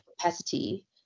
capacity